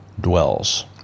dwells